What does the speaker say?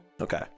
Okay